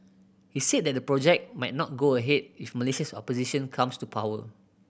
he said that the project might not go ahead if Malaysia's opposition comes to power